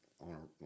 on